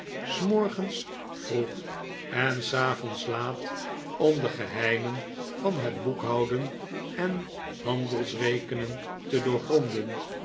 s morgens vroeg en s avonds laat om de geheimen van het boekhouden en handelsrekenen te doorgronden